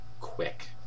quick